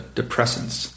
depressants